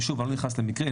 שוב אני לא נכנס למקרה,